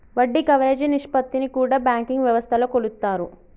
వడ్డీ కవరేజీ నిష్పత్తిని కూడా బ్యాంకింగ్ వ్యవస్థలో కొలుత్తారు